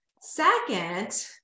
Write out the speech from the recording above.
Second